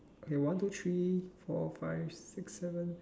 okay one two three four five six seven